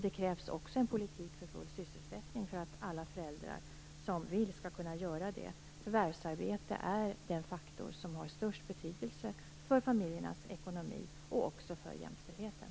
Det krävs också en politik för full sysselsättning för att alla föräldrar som vill arbeta skall kunna göra det. Förvärvsarbete är den faktor som har största betydelsen för familjernas ekonomi och för jämställdheten.